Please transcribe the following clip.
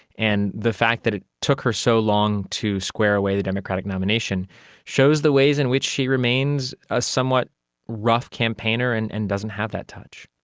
and the fact that it took her so long to square away the democratic nomination shows the ways in which she remains a somewhat rough campaigner and and doesn't have that touch.